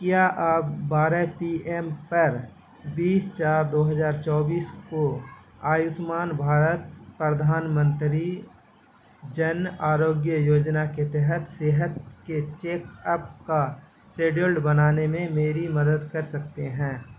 کیا آپ بارہ پی ایم پر بیس چار دو ہزار چوبیس کو آیوشمان بھارت پردھان منتری جن آروگیہ یوجنا کے تحت صحت کے چیک اپ کا سیڈول بنانے میں میری مدد کر سکتے ہیں